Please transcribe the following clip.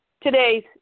today's